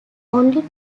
only